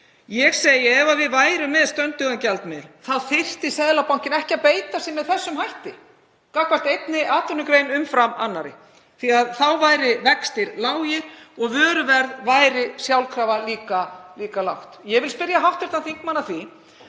Ég segi: Ef við værum með stöndugan gjaldmiðil þyrfti Seðlabankinn ekki að beita sér með þessum hætti gagnvart einni atvinnugrein umfram aðrar því að þá væru vextir lágir og vöruverð væri sjálfkrafa líka lágt. Ég vil spyrja hv. þingmann: Af